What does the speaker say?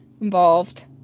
involved